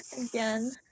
Again